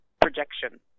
projection